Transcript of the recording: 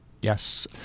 Yes